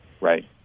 Right